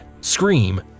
scream